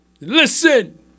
Listen